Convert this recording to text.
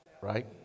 right